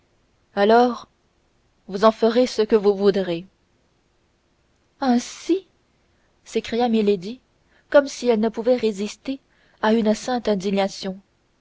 alors vous en ferez ce que vous voudrez ainsi s'écria milady comme si elle ne pouvait résister à une sainte indignation